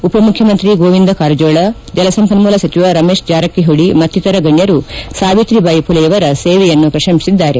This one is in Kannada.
ಉಪಮುಖ್ಯಮಂತ್ರಿ ಗೋವಿಂದ ಕಾರಜೋಳ ಜಲಸಂಪನ್ಮೂಲ ಸಚಿವ ರಮೇಶ್ ಜಾರಕಿಹೊಳಿ ಮತ್ತಿತರ ಗಣ್ಯರು ಸಾವಿತ್ರಿಬಾಯಿ ಪುಲೆಯವರ ಸೇವೆಯನ್ನು ಪ್ರಶಂಸಿಸಿದ್ದಾರೆ